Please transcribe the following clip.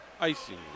Icing